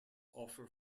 offer